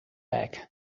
bag